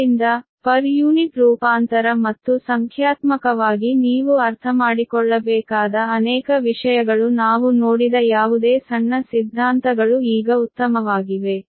ಆದ್ದರಿಂದ per unit ರೂಪಾಂತರ ಮತ್ತು ಸಂಖ್ಯಾತ್ಮಕವಾಗಿ ನೀವು ಅರ್ಥಮಾಡಿಕೊಳ್ಳಬೇಕಾದ ಅನೇಕ ವಿಷಯಗಳು ನಾವು ನೋಡಿದ ಯಾವುದೇ ಸಣ್ಣ ಸಿದ್ಧಾಂತಗಳು ಈಗ ಉತ್ತಮವಾಗಿವೆ